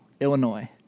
Illinois